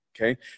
Okay